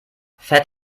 fett